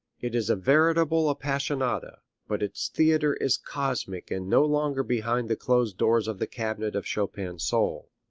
it is a veritable appassionata, but its theatre is cosmic and no longer behind the closed doors of the cabinet of chopin's soul.